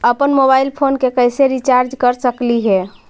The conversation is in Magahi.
अप्पन मोबाईल फोन के कैसे रिचार्ज कर सकली हे?